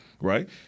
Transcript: right